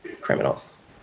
criminals